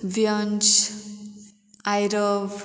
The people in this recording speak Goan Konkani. व्यंश आयरव